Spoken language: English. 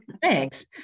Thanks